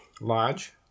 Large